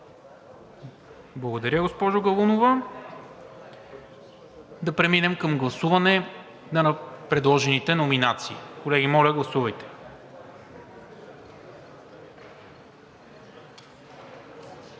Благодаря, госпожо Галунова. Да преминем към гласуване на предложените номинации. Колеги, моля, гласувайте.